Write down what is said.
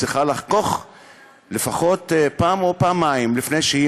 היא צריכה לחכוך בדעתה לפחות פעם או פעמיים לפני שהיא